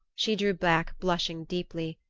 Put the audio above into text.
she drew back blushing deeply,